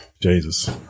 Jesus